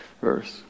verse